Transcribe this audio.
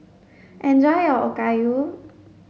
enjoy your Okayu